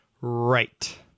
Right